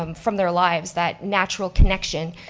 um from their lives, that natural connection.